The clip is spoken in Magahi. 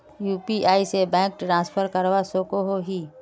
यु.पी.आई से बैंक ट्रांसफर करवा सकोहो ही?